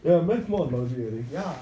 ya math more of logic really